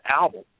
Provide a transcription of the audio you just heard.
album